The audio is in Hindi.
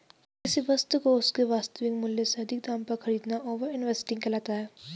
किसी वस्तु को उसके वास्तविक मूल्य से अधिक दाम पर खरीदना ओवर इन्वेस्टिंग कहलाता है